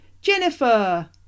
Jennifer